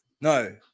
no